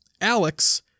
Alex